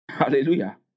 Hallelujah